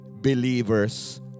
believer's